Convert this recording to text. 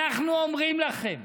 אנחנו אומרים לכם,